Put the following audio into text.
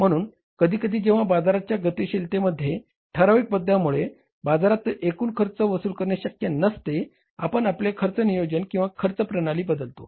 म्हणून कधीकधी जेव्हा बाजाराच्या गतिशीलतेमधील ठराविक बदलांमुळे बाजारातून एकूण खर्च वसूल करणे शक्य नसते आपण आपले खर्च नियोजन किंवा खर्च प्रणाली बदलतो